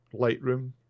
lightroom